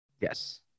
yes